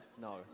no